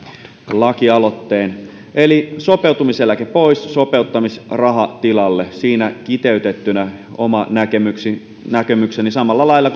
lakialoitteen eli sopeutumiseläke pois sopeuttamisraha tilalle siinä kiteytettynä oma näkemykseni näkemykseni samalla lailla